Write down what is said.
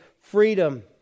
freedom